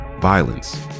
violence